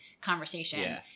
conversation